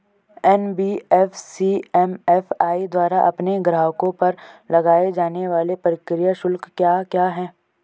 NBFC MFI द्वारा अपने ग्राहकों पर लगाए जाने वाले प्रक्रिया शुल्क क्या क्या हैं?